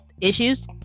issues